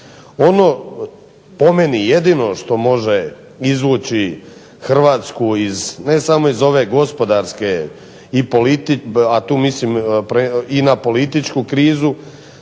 Ono po meni jedino što može izvući Hrvatsku iz, ne samo iz ove gospodarske, a tu mislim i na političku krizu,